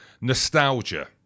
nostalgia